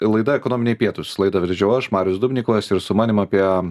laida ekonominiai pietūs laidą vedžiau aš marius dubnikovas ir su manim apie